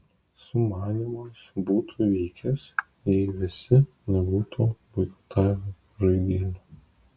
sumanymas būtų vykęs jei visi nebūtų boikotavę žaidynių